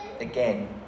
again